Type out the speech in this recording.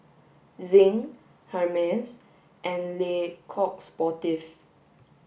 Zinc Hermes and Le Coq Sportif